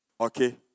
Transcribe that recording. okay